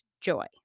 joy